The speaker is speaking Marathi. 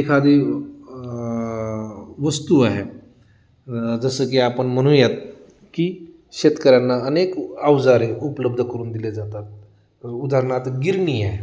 एखादी वस्तू आहे जसं की आपण म्हणूयात की शेतकऱ्यांना अनेक अवजारे उपलब्ध करून दिले जातात उदाहरनार्थ गिरणी आहे